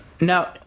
Now